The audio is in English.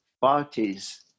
parties